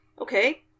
okay